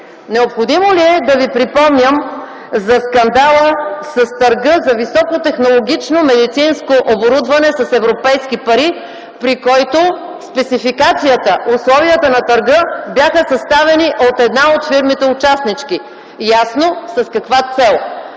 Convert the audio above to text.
Необходимо ли е да ви припомням за скандала с търга за високотехнологично медицинско оборудване с европейски пари, при който спецификацията и условията на търга бяха съставени от една от фирмите-участнички? Ясно с каква цел!